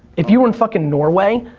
if you were in fuckin' norway,